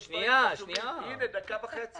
יש דברים חשובים